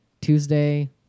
Tuesday